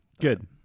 Good